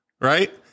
right